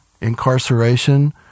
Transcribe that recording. incarceration